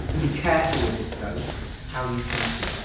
be careful with this though how you finish it.